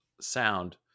sound